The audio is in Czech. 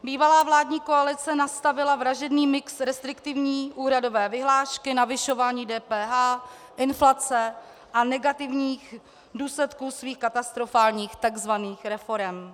Bývalá vládní koalice nastavila vražedný mix restriktivní úhradové vyhlášky, navyšování DPH, inflace a negativních důsledků svých katastrofálních takzvaných reforem.